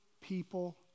people